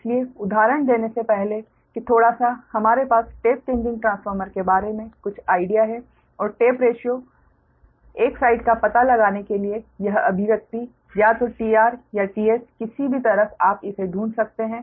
इसलिए उदाहरण देने से पहले कि थोड़ा सा हमारे पास टेप चेंजिंग ट्रांसफॉर्मर के बारे में कुछ आइडिया हैं और टेप रेशिओ 1 साइड का पता लगाने के लिए यह अभिव्यक्ति या तो t s या tR किसी भी तरफ आप इसे ढूंढ सकते हैं